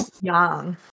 young